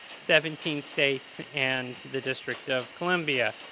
seventeen states and the district of columbia.